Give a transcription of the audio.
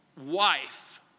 Wife